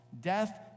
Death